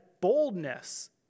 boldness